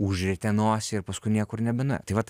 užrietė nosį ir paskui niekur nebenuėjo tai vat